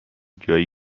جایی